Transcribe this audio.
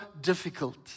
difficult